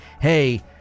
hey